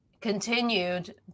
continued